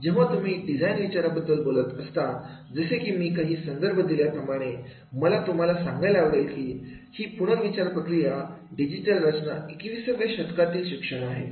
जेव्हा तुम्ही डिझाईन विचाराबद्दल बोलत असता जसे की मी काही संदर्भ दिल्याप्रमाणे मला तुम्हाला सांगायला आवडेल की ही पुनर्विचार अभ्यासक्रम डिजिटल रचना 21 व्या शतकातील शिक्षण आहे